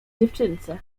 dziewczynce